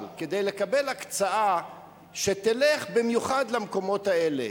כדי לקבל הקצאה שתלך במיוחד למקומות האלה,